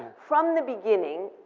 from the beginning,